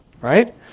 right